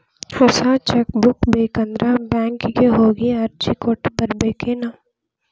ಹೊಸ cheque book ಬೇಕಂದ್ರ ಬ್ಯಾಂಕಿಗೆ ಹೋಗಿ ಅರ್ಜಿ ಕೊಟ್ಟ ಬರ್ಬೇಕೇನ್